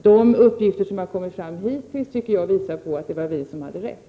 De uppgifter som hittills kommit fram tyder på att det var vi som hade rätt.